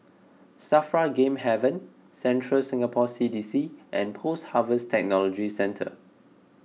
Safra Game Haven Central Singapore C D C and Post Harvest Technology Centre